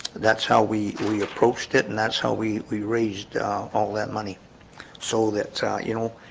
that's how we we approached it and that's how we we raised all that money so that's you know,